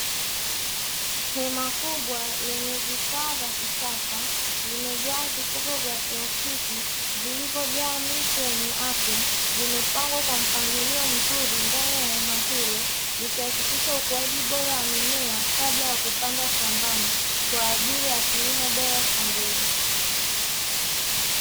Hema kubwa lenye vifaa vya kisasa limejaa vikombe vya plastiki vilivyojawa miche yenye afya vimepangwa kwa mpangilio mzuri ndani ya hema hilo, ikihakikisha ukuzaji bora wa mimea kabla ya kupandwa shambani kwa ajili ya kilimo bora cha mbegu.